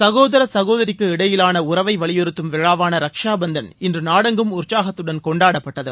சகோதர சகோதரிக்கு இடையிலான உறவை வலியுறுத்தும் விழாவான ரக்ஷாபந்தன் இன்று நாடெங்கும் உற்சாகத்துடன் கொண்டாடப்பட்டது